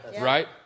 right